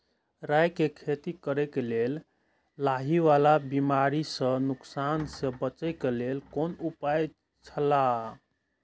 राय के खेती करे के लेल लाहि वाला बिमारी स नुकसान स बचे के लेल कोन उपाय छला?